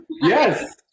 yes